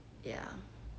ya